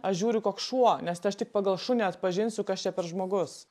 aš žiūriu koks šuo nes tai aš tik pagal šunį atpažinsiu kas čia per žmogus